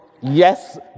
yes